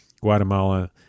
Guatemala